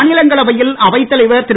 மாநிலங்களவையில் அவைத் தலைவர் திரு